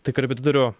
tai korepetitorių